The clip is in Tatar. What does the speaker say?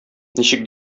ничек